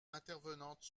intervenante